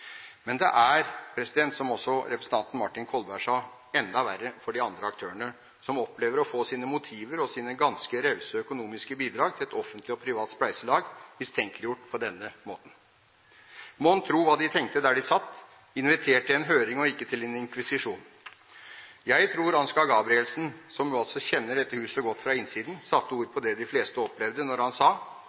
Men det er – som også representanten Martin Kolberg sa – enda verre for de andre aktørene, som opplever å få sine motiver og sine ganske rause økonomiske bidrag til et offentlig og privat spleiselag mistenkeliggjort på denne måten. Mon tro hva de tenkte der de satt, invitert til en høring – og ikke til en inkvisisjon? Jeg tror Ansgar Gabrielsen, som jo kjenner dette huset godt fra innsiden, satte ord på det de fleste opplevde, da han sa: